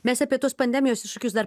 mes apie tuos pandemijos iššūkius dar